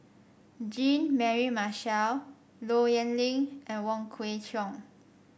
Jean Mary Marshall Low Yen Ling and Wong Kwei Cheong